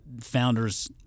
founders